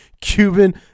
Cuban